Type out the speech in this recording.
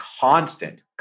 constant